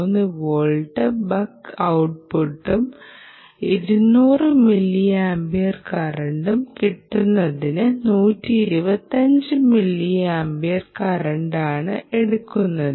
3 volt buck ഔട്ട്പുട്ടും 200 milliampere കറന്റും കിട്ടുന്നതിന് 125 മില്ലിയാംപിയർ കറണ്ടാണ് എടുക്കുന്നത്